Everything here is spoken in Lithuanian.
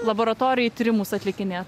laboratorijoj tyrimus atlikinėt